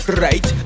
right